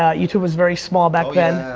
ah youtube was very small back then.